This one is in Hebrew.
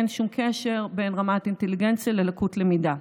אין שום קשר בין רמת אינטליגנציה ללקות למידה.